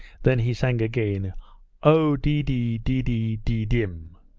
then he sang again oh dee, dee, dee, dee, dee, dim,